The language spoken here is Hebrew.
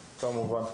כמובן.